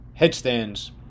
headstands